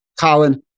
Colin